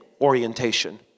orientation